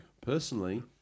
Personally